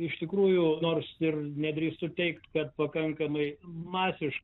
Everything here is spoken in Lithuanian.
iš tikrųjų nors ir nedrįstu teigt kad pakankamai masiškai